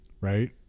right